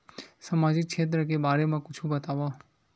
सामजिक क्षेत्र के बारे मा कुछु बतावव?